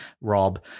Rob